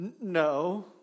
No